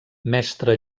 mestre